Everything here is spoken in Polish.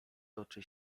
toczy